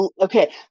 Okay